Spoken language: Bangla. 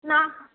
না